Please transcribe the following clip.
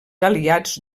aliats